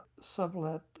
sublet